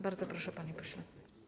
Bardzo proszę, panie pośle.